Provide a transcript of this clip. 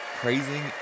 praising